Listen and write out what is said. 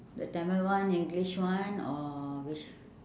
the tamil one english one or which